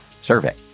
survey